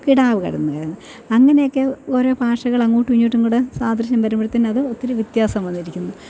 കിടാവ് കിടന്ന് കരഞ്ഞ് അങ്ങനേക്കെ ഓരോ ഭാഷകളങ്ങോട്ടു ഇങ്ങോട്ടുംകൂടെ സാദൃശ്യം വരുമ്പോഴത്തേനും അത് ഒത്തിരി വ്യത്യാസം വന്നിരിക്കുന്നു